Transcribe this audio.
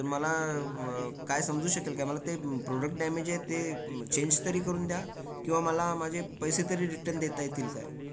तर मला काय समजू शकेल काय मला ते प्रोडक्ट डॅमेज आहे ते चेंज तरी करून द्या किंवा मला माझे पैसे तरी रिटर्न देता येतील काय